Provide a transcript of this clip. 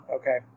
okay